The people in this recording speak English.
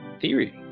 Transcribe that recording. theory